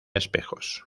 espejos